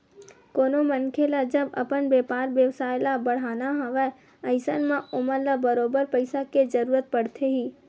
कोनो मनखे ल जब अपन बेपार बेवसाय ल बड़हाना हवय अइसन म ओमन ल बरोबर पइसा के जरुरत पड़थे ही